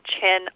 chin